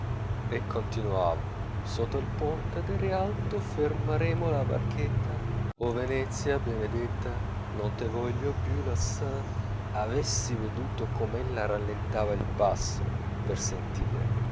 e continuavo soto el ponte de rialto fermaremo la barcheta o venezia benedeta no te voglio più lassar avessi veduto com'ella rallentava il passo per sentire